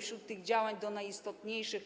Wśród tych działań wymienię tylko najistotniejsze,